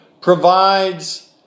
provides